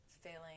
failing